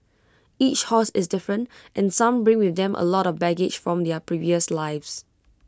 each horse is different and some bring with them A lot of baggage from their previous lives